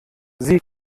sie